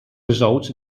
results